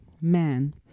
man